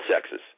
sexes